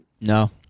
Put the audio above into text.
No